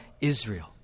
Israel